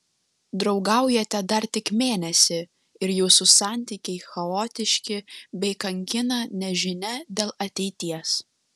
draugaujate dar tik mėnesį ir jūsų santykiai chaotiški bei kankina nežinia dėl ateities